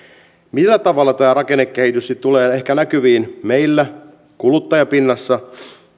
millä tavalla tämä rakennekehitys sitten tulee ehkä näkyviin meillä kuluttajapinnassa